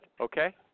Okay